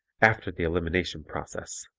after the elimination process.